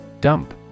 Dump